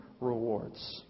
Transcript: rewards